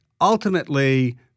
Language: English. ultimately